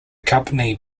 company